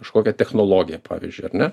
kažkokią technologiją pavyzdžiui ar ne